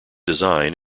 design